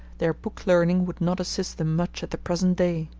their book-learning would not assist them much at the present day.